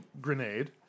grenade